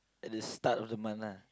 at the start of the month lah